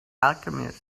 alchemist